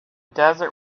desert